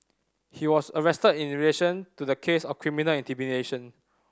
he was arrested in relation to the case of criminal intimidation